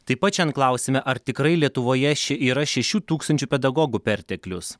taip pat šian klausime ar tikrai lietuvoje ši yra šešių tūkstančių pedagogų perteklius